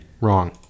Wrong